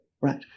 right